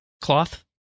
cloth